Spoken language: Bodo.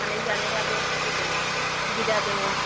थानाय जानायाबो जेबो नङा सुबिदा दङ